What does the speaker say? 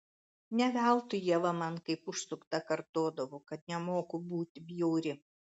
ne veltui ieva man kaip užsukta kartodavo kad nemoku būti bjauri